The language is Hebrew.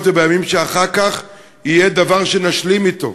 ובימים שאחר כך יהיה דבר שנשלים אתו.